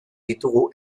ditugu